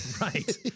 Right